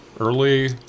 early